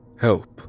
Help